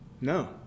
No